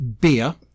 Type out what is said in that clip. Beer